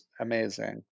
amazing